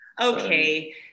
Okay